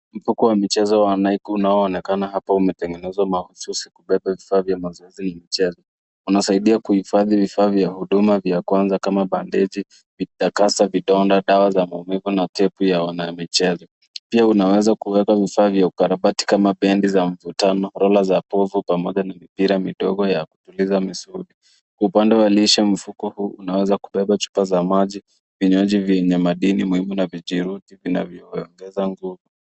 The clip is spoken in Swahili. Mfuko wa mchezo wa Nike unaonekana hapo umetengenezwa mahususi kubeba vifaa vya mazoezi na mchezo. Unasaidia kuhifadhi vifaa vya huduma vya kwanza kama bandeji, vitakasa vidonda, dawa za maumivu na tepu ya wanamichezo. Pia unaweza kuweka vifaa vya ukarabati kama bendi za mvutano, rola za povu pamoja na mipira midogo ya kutuliza misuli. Kwa upande wa lishe, mfuko huu unaweza kubeba chupa za maji, vinywaji vyenye madini muhimu na vijiruji vinavyoongeza nguvu.